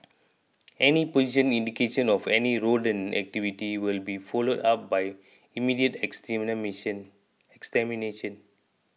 any position indication of any rodent activity will be followed up by immediate extermination